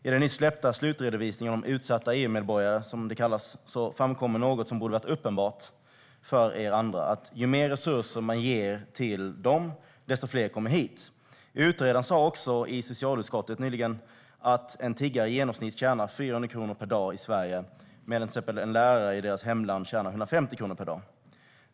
I den nyss släppta slutredovisningen om utsatta EU-medborgare, som det kallas, framkommer något som borde ha varit uppenbart för er andra, och det är att ju mer resurser man ger till dem, desto fler kommer hit. Utredaren sa också i socialutskottet nyligen att en tiggare i genomsnitt tjänar 400 kronor per dag i Sverige, medan till exempel en lärare i deras hemland tjänar 150 kronor per dag.